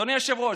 אדוני היושב-ראש,